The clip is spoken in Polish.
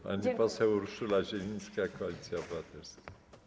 Pani poseł Urszula Zielińska, Koalicja Obywatelska.